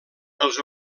pels